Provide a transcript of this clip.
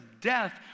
death